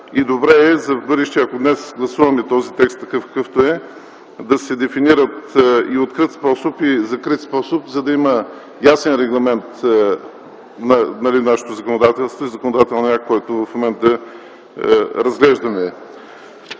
И добре е за в бъдеще, ако днес гласуваме този текст такъв, какъвто е, да се дефинира и откритият способ, и закритият способ на добив, за да има ясен регламент в нашето законодателство, в законодателния акт, който в момента разглеждаме.